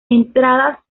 entradas